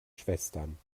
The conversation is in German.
schwestern